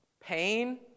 pain